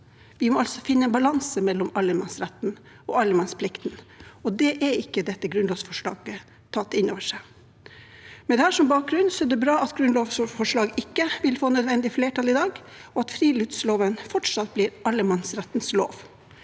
Vi må altså finne en balanse mellom allemannsretten og allemannsplikten, og det har ikke dette grunnlovsforslaget tatt innover seg. Med dette som bakgrunn er det bra at grunnlovsforslaget ikke vil få nødvendig flertall i dag, og at friluftsloven fortsatt blir allemannsrettens lov.